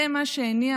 זה מה שהניע,